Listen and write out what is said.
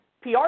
PR